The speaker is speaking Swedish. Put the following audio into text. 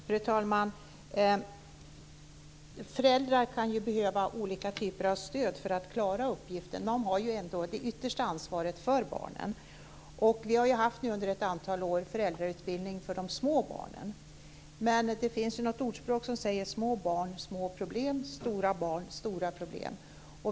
Fru talman! Föräldrar kan behöva olika typer av stöd för att klara sin uppgift. De har ju ändå det yttersta ansvaret för barnen. Vi har under ett antal år haft föräldrautbildning för föräldrar till små barn. Men det finns ett ordspråk som säger: Små barn, små problem. Stora barn, stora problem.